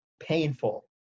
painful